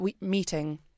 meeting